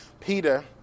Peter